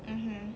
mmhmm